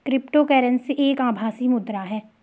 crypto currency एक आभासी मुद्रा है